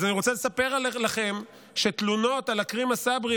אז אני רוצה לספר לכם שתלונות על עכרמה צברי